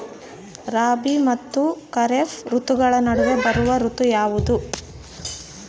ರಾಬಿ ಮತ್ತು ಖಾರೇಫ್ ಋತುಗಳ ನಡುವೆ ಬರುವ ಋತು ಯಾವುದು?